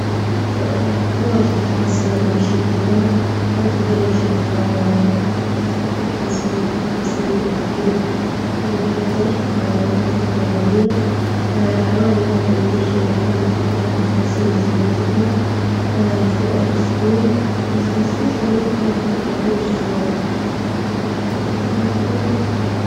واجد نحس نمشي في اليوم عادةا تلقيني مشيت خمس مئة ستة خمس مئة متر جريب ألف متر- أو ألف خطوة يوميا، حوالي هذي نمشي نكمل خطوة من خمسين لسبعين ألف خطوة في الأسبوع.